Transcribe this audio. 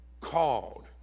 called